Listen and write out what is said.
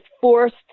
forced